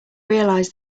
realised